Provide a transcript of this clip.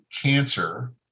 cancer